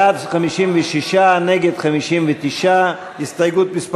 בעד, 56, נגד, 59. הסתייגות מס'